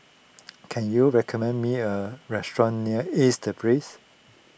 can you recommend me a restaurant near Ace the Place